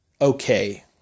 okay